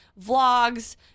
vlogs